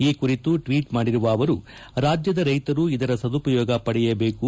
ಈ ಕುರಿತು ಟ್ಲೀಟ್ ಮಾಡಿರುವ ಅವರು ರಾಜ್ಯದ ರೈತರು ಇದರ ಸದುಪಯೋಗ ಪಡೆಯಬೇಕು